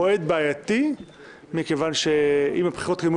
זה מועד בעייתי מכיוון שאם הבחירות יתקיימו